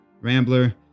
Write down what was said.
rambler